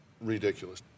ridiculous